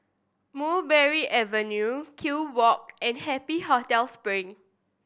Mulberry Avenue Kew Walk and Happy Hotel Spring